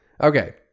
Okay